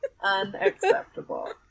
Unacceptable